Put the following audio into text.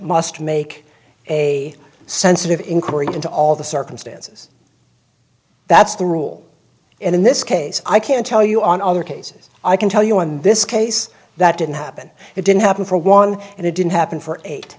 must make a sensitive inquiry into all the circumstances that's the rule in this case i can tell you on other cases i can tell you in this case that didn't happen it didn't happen for one and it didn't happen for eight